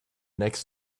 next